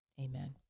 amen